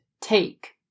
take